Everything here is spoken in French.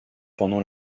pendant